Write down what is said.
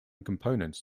components